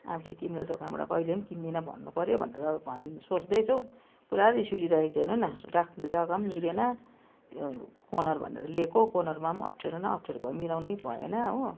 अबदेखि तिम्रो दोकानबाट कहिले पनि किन्दिन भन्नु पऱ्यो भनेर भन् सोच्दैछु पुरा रिस उठि रहेको छ हेर्नु न राख्ने जग्गा पनि मिलेन त्यो कोर्नर भनेर ल्याएको कोर्नरमा पनि अफ्ठ्यारो न अफ्ठ्यारो भयो मिलाउनै भएन हो